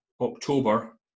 October